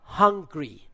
hungry